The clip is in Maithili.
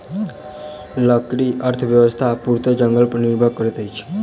लकड़ी अर्थव्यवस्था पूर्णतः जंगल पर निर्भर करैत अछि